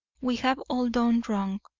we have all done wrong,